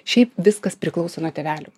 šiaip viskas priklauso nuo tėvelių